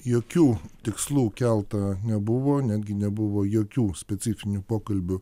jokių tikslų kelta nebuvo netgi nebuvo jokių specifinių pokalbių